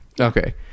okay